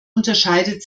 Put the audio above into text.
unterscheidet